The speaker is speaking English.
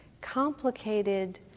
complicated